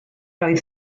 oedd